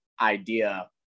idea